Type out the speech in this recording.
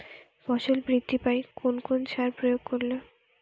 ফসল বৃদ্ধি পায় কোন কোন সার প্রয়োগ করলে?